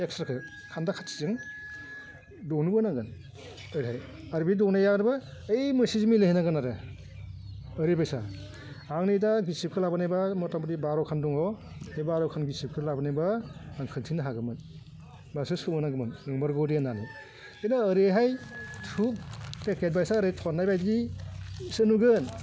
एक्सट्राखौ खान्दा खाथिजों दनोबो नांगोन ओरैहाय आरो बे दनाया आरोबाव ओइ मोनसेजों मिलायहैनांगोन आरो ओरैबायसा आंनि दा गिसिबखौ लाबोनायबा मुथा मुथि बार'खान दङ बे बार'खान गिसिबखौ लाबोनायबा आं खोन्थिनो हागौमोन होमबासो सोमोनांगौमोन नोंमारगौ दे होन्नानै खिन्थु ओरैहाय धुप पेकेट बायसा ओरै थन्नाय बायदिसो नुगोन